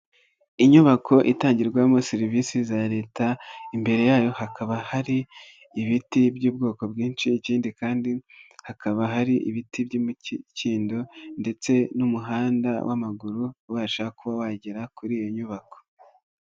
Inyubako itangirwamo serivisi za leta, imbere yayo hakaba hari ibiti by'ubwoko bwinshi, ikindi kandi hakaba hari ibiti by'imikindo ndetse n'umuhanda w'amaguru ubasha kuba wagera kuri iyo nyubako.